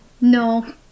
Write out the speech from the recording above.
No